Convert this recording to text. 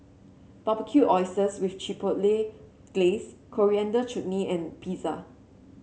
Barbecued Oysters with Chipotle Glaze Coriander Chutney and Pizza